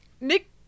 Nick